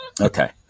Okay